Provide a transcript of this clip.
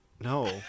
No